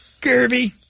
Kirby